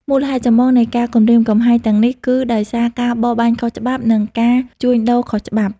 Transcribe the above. មូលហេតុចម្បងនៃការគំរាមកំហែងទាំងនេះគឺ ដោយសារការបរបាញ់ខុសច្បាប់ និង ការជួញដូរខុសច្បាប់។